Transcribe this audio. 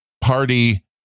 party